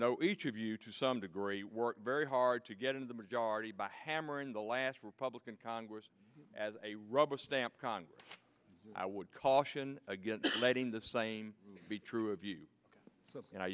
know each of you to some degree work very hard to get in the majority by hammering the last republican congress as a rubber stamp congress i would caution against letting the same be true of you